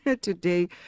today